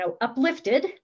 uplifted